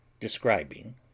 DESCRIBING